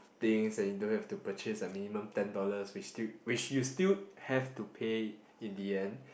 things that you don't have to purchase at minimum ten dollars which still which you still have to pay in the end